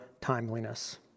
timeliness